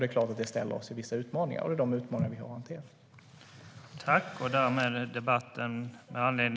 Det är klart att det innebär vissa utmaningar, och det är de utmaningar som vi har att hantera.